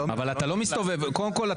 קודם כל,